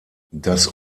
das